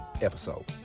episode